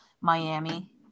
Miami